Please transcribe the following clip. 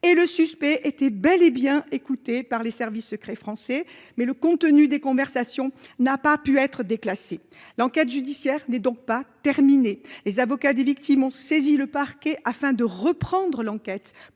et le suspect était bel et bien écouté par les services secrets français, mais le contenu des conversations n'a pas pu être déclassé. L'enquête judiciaire n'est donc pas terminée. Les avocats des victimes ont saisi le parquet afin de reprendre l'enquête